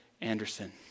Anderson